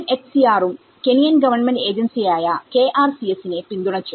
UNHCR യും Kenyan government agency ആയ KRCS നെ പിന്തുണച്ചു